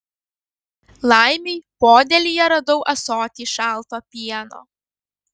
laimei podėlyje radau ąsotį šalto pieno